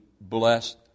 blessed